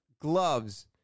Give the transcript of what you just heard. gloves